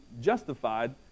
justified